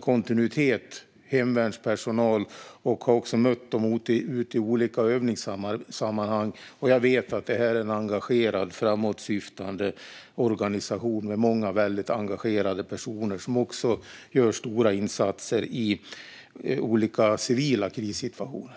kontinuerligt hemvärnspersonal och har också mött dem i olika övningssammanhang. Och jag vet att detta är en engagerad och framåtsyftande organisation med många väldigt engagerade personer som också gör stora insatser i olika civila krissituationer.